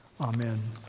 Amen